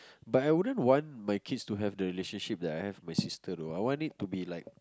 but I wouldn't want my kids to have the relationship that I have with my sister though I want it to be like